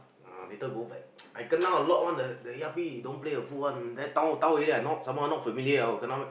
uh later go back I kena a lot [one] the the E_R_P don't play a fool one then town town area I not some more not familiar ah I will kena